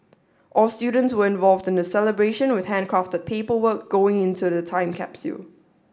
all students were involved in the celebration with handcrafted paperwork going into the time capsule